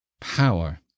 power